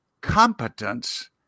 competence